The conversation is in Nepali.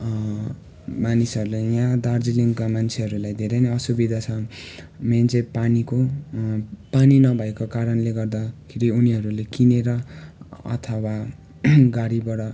मानिसहरूले यहाँ दार्जिलिङका मान्छेहरूलाई धेरै नै असुविधा छ मेन चाहिँ पानीको पानी नभएको कारणले गर्दाखेरि उनीहरूले किनेर अथवा गाडीबाट